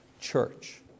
church